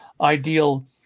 ideal